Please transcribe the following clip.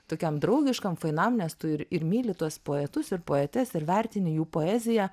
tokiam draugiškam fainam nes tu ir ir myli tuos poetus ir poetes ir vertini jų poeziją